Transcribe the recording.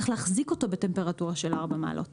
צריך להחזיק אותו בטמפרטורה של 4 מעלות.